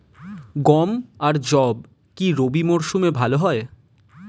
গম আর যব কি রবি মরশুমে ভালো হয়?